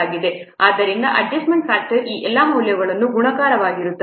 ಆದ್ದರಿಂದ adjustment factor ಆ ಎಲ್ಲಾ ಮೌಲ್ಯಗಳ ಗುಣಾಕಾರವಾಗಿರುತ್ತದೆ